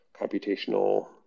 computational